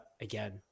again